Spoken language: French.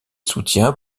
soutiens